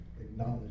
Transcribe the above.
Acknowledge